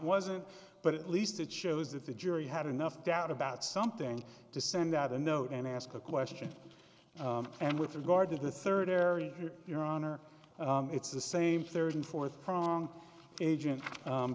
wasn't but at least it shows that the jury had enough doubt about something to send out a note and ask a question and with regard to the third area your honor it's the same third and fourth prong agent